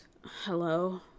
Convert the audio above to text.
hello